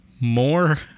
more